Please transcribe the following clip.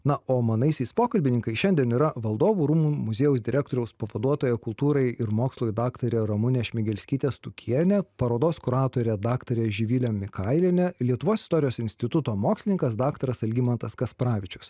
na o manaisiais pokalbininkais šiandien yra valdovų rūmų muziejaus direktoriaus pavaduotoja kultūrai ir mokslui daktarė ramunė šmigelskytė stukienė parodos kuratorė daktarė živilė mikailienė lietuvos istorijos instituto mokslininkas daktaras algimantas kasparavičius